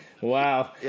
wow